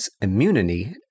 immunity